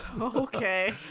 Okay